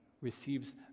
receives